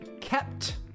kept